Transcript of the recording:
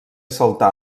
saltar